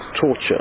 torture